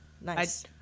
Nice